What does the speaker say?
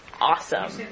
awesome